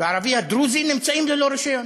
והערבי הדרוזי נמצאים ללא רישיון,